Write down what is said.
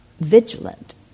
vigilant